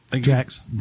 Jax